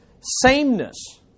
sameness